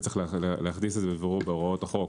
ויש להכניס את זה בבירור בהוראות החוק,